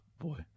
boy